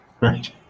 Right